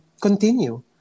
continue